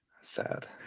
sad